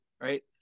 Right